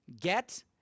get